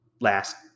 last